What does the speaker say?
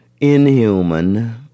inhuman